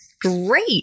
Great